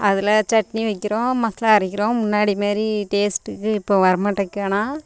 அதில் சட்னி வைக்கிறோம் மசாலா அரைக்கிறோம் முன்னாடி மாரி டேஸ்ட்டுக்கு இப்போ வரமாட்டிக்கு ஆனால்